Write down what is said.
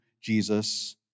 Jesus